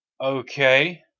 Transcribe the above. Okay